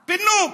פינוק,